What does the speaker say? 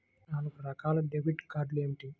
నాలుగు రకాల డెబిట్ కార్డులు ఏమిటి?